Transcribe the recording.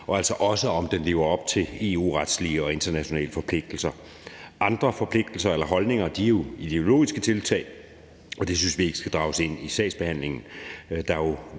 og altså også, om den lever op til EU-retlige og internationale forpligtelser. Andre forpligtelser eller holdninger er jo ideologiske tiltag, og det synes vi ikke skal drages ind i sagsbehandlingen,